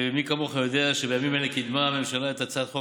מי כמוך יודע שבימים אלה קידמה הממשלה את הצעת חוק